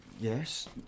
Yes